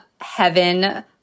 heaven